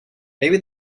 maybe